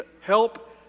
help